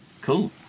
Cool